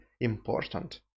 important